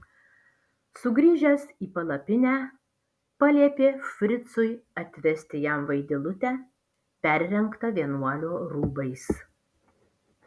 sugrįžęs į palapinę paliepė fricui atvesti jam vaidilutę perrengtą vienuolio rūbais